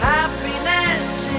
Happiness